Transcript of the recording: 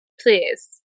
please